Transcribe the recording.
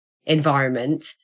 environment